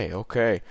okay